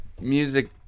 music